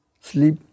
Sleep